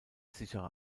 sichere